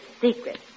secret